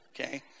okay